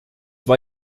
war